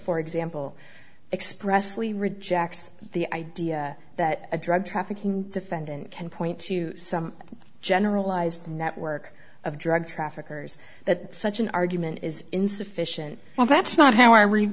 for example expressly rejects the idea that a drug trafficking defendant can point to some generalized network of drug traffickers that such an argument is insufficient well that's not how i read